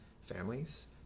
families